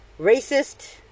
racist